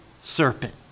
serpent